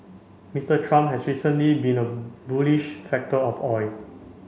Mister Trump has recently been a bullish factor for oil